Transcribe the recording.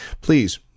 please